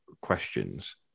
questions